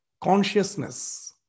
consciousness